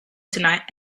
tonight